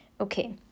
Okay